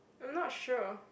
I'm not sure